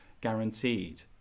guaranteed